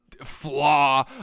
flaw